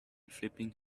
flipping